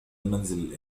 المنزل